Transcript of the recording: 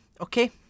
okay